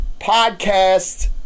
Podcast